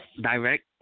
direct